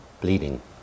bleeding